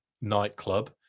nightclub